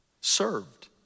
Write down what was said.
Served